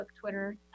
Twitter